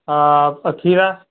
हाँ आ खीरा